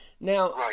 now